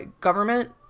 Government